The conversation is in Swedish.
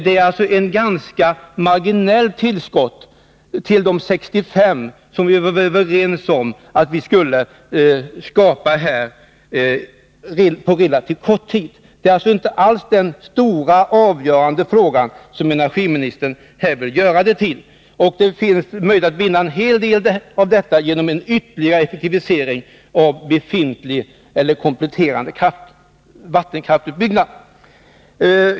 Den ytterligare utbyggnad till de 65 TWh som vi var överens om skulle skapas på relativt kort tid innebär ett ganska marginellt tillskott och är alltså inte den stora och avgörande fråga som energiministern vill göra den till. Det finns möjligheter att vinna en hel del av detta genom ytterligare effektivisering av befintliga anläggningar eller kompletterande vattenkraftsutbyggnad.